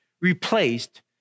replaced